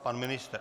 Pan ministr?